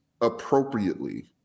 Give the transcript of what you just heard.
appropriately